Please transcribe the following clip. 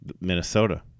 Minnesota